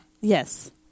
Yes